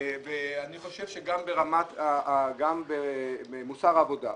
ויש להם מוסר עבודה.